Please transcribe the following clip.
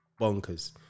bonkers